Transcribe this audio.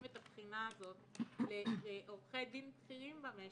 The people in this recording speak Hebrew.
את הבחינה הזאת לעורכי דין בכירים במשק,